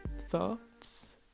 thoughts